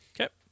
Okay